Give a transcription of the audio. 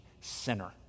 sinner